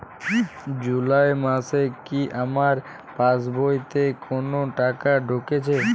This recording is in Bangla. জুলাই মাসে কি আমার পাসবইতে কোনো টাকা ঢুকেছে?